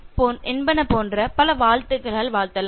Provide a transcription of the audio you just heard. " என்பன போன்ற பல வாழ்த்துக்களால் வாழ்த்தலாம்